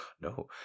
No